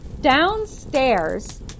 downstairs